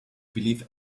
believe